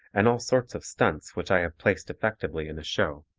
and all sorts of stunts which i have placed effectively in a show.